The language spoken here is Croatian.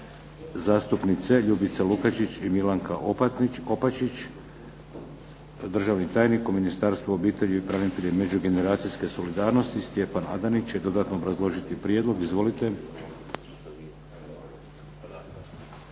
zastupnice Ljubica Lukačić i Milanka Oplačić. Državni tajnik u Ministarstvu obitelji, branitelja i međugeneracijske solidarnosti Stjepan Adanić će dodatno obrazložiti prijedlog. Izvolite.